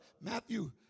Matthew